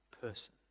person